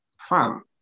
fam